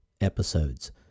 episodes